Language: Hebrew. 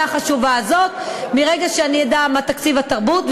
החשובה הזאת מרגע שאדע מה תקציב התרבות,